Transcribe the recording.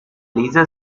lisa